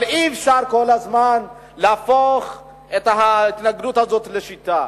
אי-אפשר כל הזמן להפוך את ההתנגדות הזאת לשיטה.